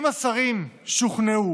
אם השרים שוכנעו